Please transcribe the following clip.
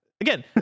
again